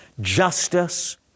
justice